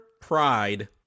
pride